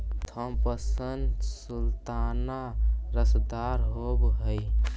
Thompson sultana रसदार होब हई